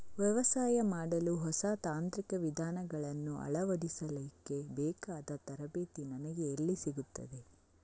ವ್ಯವಸಾಯ ಮಾಡಲು ಹೊಸ ತಾಂತ್ರಿಕ ವಿಧಾನಗಳನ್ನು ಅಳವಡಿಸಲಿಕ್ಕೆ ಬೇಕಾದ ತರಬೇತಿ ನನಗೆ ಎಲ್ಲಿ ಸಿಗುತ್ತದೆ?